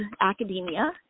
academia